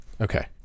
Okay